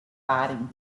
fighting